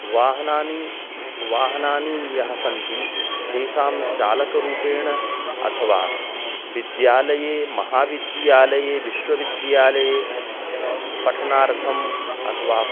वाहनानि वाहनानि यः सन्ति तेषां चालकरूपेण अथवा विद्यालये महाविद्यालये विश्वविद्यालये पठनार्थम् अथवा